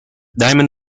diamond